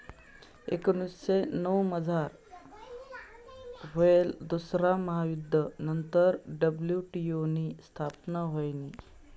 एकोनीसशे नऊमझार व्हयेल दुसरा महायुध्द नंतर डब्ल्यू.टी.ओ नी स्थापना व्हयनी